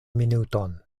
minuton